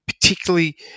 particularly